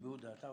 יביעו דעתם,